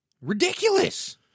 ridiculous